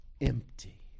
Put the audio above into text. empty